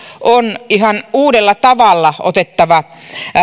on ihan uudella tavalla otettava